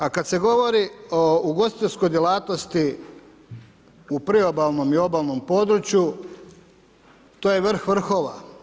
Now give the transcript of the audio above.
A kad se govori o ugostiteljskoj djelatnosti u priobalnom i obalnom području, to je vrh vrhova.